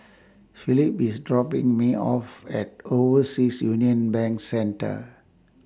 Philip IS dropping Me off At Overseas Union Bank Centre